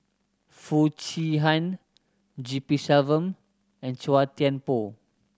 Foo Chee Han G P Selvam and Chua Thian Poh